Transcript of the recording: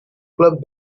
club